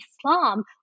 Islam